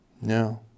No